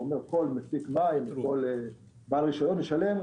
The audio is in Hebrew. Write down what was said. הוא אומר: כל מפיק מים, כל בעל רשיון ישלם.